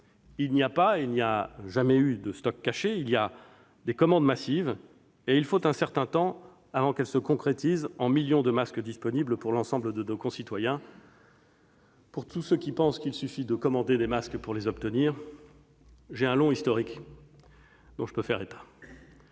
Il n'y a pas, il n'y a jamais eu de stocks cachés. Il y a des commandes massives et il faut un certain temps avant qu'elles ne se concrétisent en millions de masques disponibles pour l'ensemble de nos concitoyens. Pour tous ceux qui pensent qu'il suffit de commander des masques pour les obtenir, j'ai un long historique dont je peux faire état.